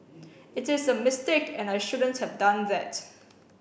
it is a mistake and I shouldn't have done that